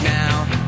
now